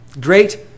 great